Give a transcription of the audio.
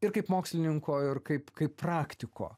ir kaip mokslininko ir kaip kaip praktiko